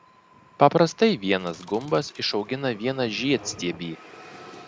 paprastai vienas gumbas išaugina vieną žiedstiebį